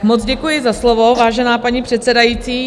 Moc děkuji za slovo, vážená paní předsedající.